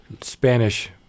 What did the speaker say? Spanish